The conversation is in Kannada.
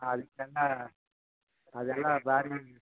ಅದಕ್ಕೆಲ್ಲ ಅದೆಲ್ಲ